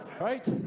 Right